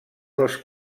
dels